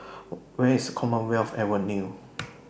Where IS Commonwealth Avenue